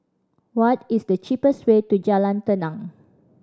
what is the cheapest way to Jalan Tenang